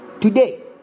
Today